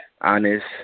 honest